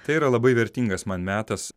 tai yra labai vertingas man metas